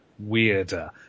weirder